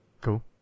Cool